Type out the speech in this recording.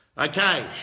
Okay